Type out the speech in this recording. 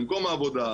במקום העבודה,